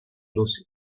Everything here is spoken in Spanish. lucio